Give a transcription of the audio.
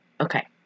okay